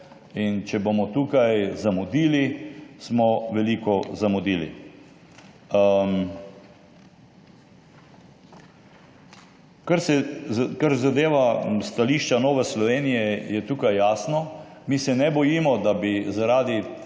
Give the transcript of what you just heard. če bomo tukaj zamudili, smo veliko zamudili. Kar zadeva stališče Nove Slovenije, je tukaj jasno. Mi se ne bojimo, da bi zaradi